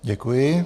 Děkuji.